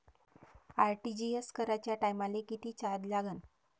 RTGS कराच्या टायमाले किती चार्ज लागन?